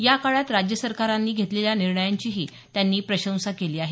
या काळात राज्य सरकारांनी घेतलेल्या निर्णयांचीही त्यांनी प्रशंसा केली आहे